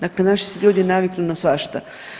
Dakle, naši se ljudi naviknu na svašta.